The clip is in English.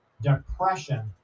depression